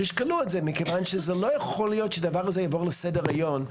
תשקלו את זה מכיוון שזה לא יכול להיות שהדבר הזה יעבור לסדר היום,